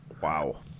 wow